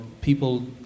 people